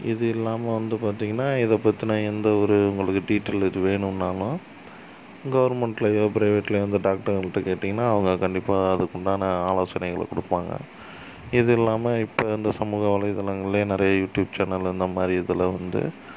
இது இல்லாமல் வந்து பார்த்திங்கனா இதை பத்தின எந்தவொரு உங்களுக்கு டீட்டெய்ல் எதுவும் வேணும்னாலும் கவர்மெண்ட்லையோ ப்ரைவேட்லையோ வந்து டாக்டருங்கள்கிட்ட கேட்டிங்கனால் அவங்க கண்டிப்பாக அதுக்குண்டான ஆலோசனைகளை கொடுப்பாங்க இதுல்லாமல் இப்போ இந்த சமூக வலைதளங்களே நெறைய யூடியூப் சேனல் அந்த மாதிரி இதில் வந்து